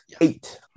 Eight